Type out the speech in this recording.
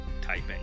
typing